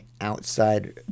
outside